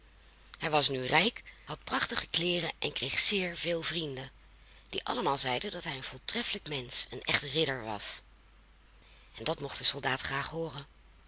hij was nu rijk had prachtige kleeren en kreeg zeer veel vrienden die allemaal zeiden dat hij een voortreffelijk mensch een echt ridder was en dat mocht de soldaat graag hooren